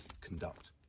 conduct